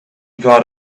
got